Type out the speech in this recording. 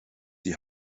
die